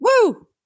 Woo